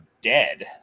dead